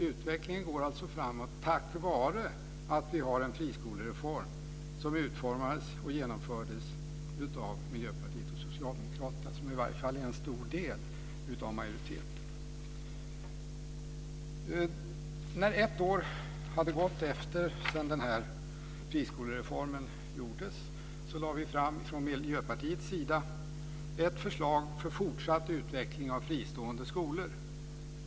Utvecklingen går alltså framåt tack vare att vi har en friskolereform som utformades och genomfördes av Miljöpartiet och Socialdemokraterna, som i alla fall är en stor del av majoriteten. När ett år hade gått sedan friskolereformen genomfördes lade vi i Miljöpartiet fram ett förslag till fortsatt utveckling av fristående skolor.